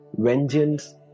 Vengeance